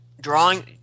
drawing